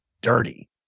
dirty